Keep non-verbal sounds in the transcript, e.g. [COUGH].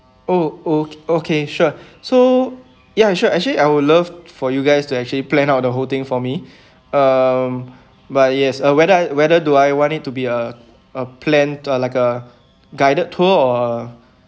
oh o~ okay sure so ya sure actually I would love for you guys to actually planned out the whole thing for me [BREATH] um but yes uh whether I whether do I want it to be a a plan to uh like a guided tour or